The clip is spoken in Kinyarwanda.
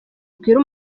ubwira